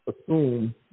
assume